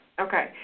Okay